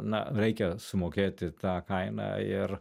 na reikia sumokėti tą kainą ir